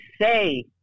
say